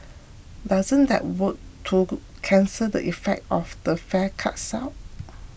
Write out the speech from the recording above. doesn't that work to cancel the effect of the fare cuts out